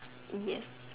yes